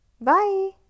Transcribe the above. Bye